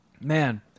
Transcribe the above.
man